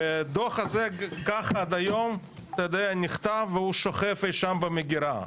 הדוח הזה עד היום נכתב, והוא שוכב שם במגירה.